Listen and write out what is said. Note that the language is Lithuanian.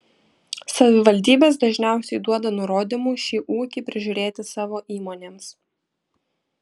savivaldybės dažniausiai duoda nurodymų šį ūkį prižiūrėti savo įmonėms